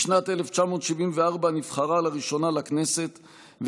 בשנת 1974 נבחרה לראשונה לכנסת,